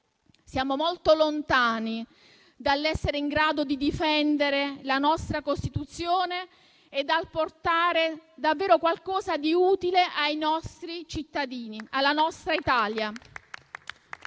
Siamo molto lontani dall'essere in grado di difendere la nostra Costituzione e dal portare davvero qualcosa di utile ai nostri cittadini e alla nostra Italia.